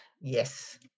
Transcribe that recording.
Yes